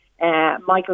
Michael